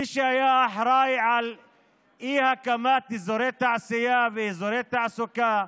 מי שהיה אחראי לאי-הקמת אזורי תעשייה ואזורי תעסוקה,